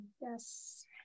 Yes